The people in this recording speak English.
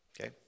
okay